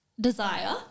Desire